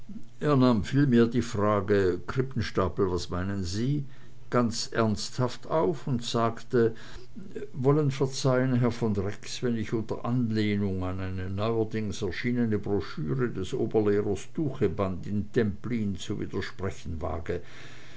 nahm vielmehr die frage krippenstapel was meinen sie ganz ernsthaft auf und sagte wollen verzeihen herr von rex wenn ich unter anlehnung an eine neuerdings erschienene broschüre des oberlehrers tucheband in templin zu widersprechen wage